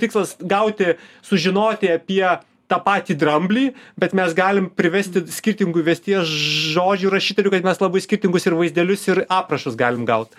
tikslas gauti sužinoti apie tą patį dramblį bet mes galim privesti skirtingų įvesties žodžių rašyti ir mes labai skirtingus ir vaizdelius ir aprašus galim gaut